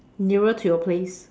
nearer to your place